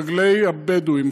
לא דוחק את רגלי הבדואים,